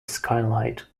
skylight